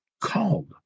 called